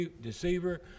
deceiver